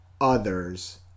others